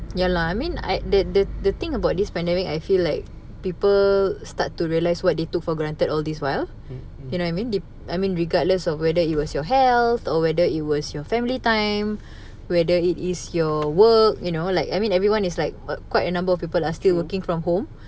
mm